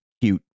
cute